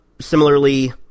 similarly